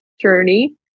journey